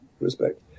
respect